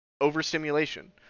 overstimulation